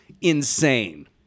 insane